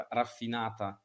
raffinata